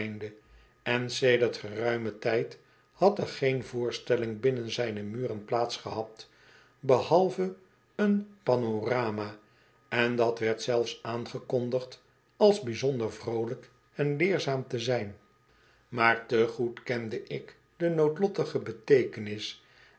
en sedert geruimen tijd had er geen voorstelling binnen zijne muren plaats gehad behalve een panorama en dat werd zelfs aangekondigd als bijzonder vroolijk en leerzaam te zijn maar te goed kende ik de noodlottige beteekenis